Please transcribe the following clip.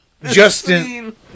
Justin